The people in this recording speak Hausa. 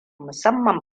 musamman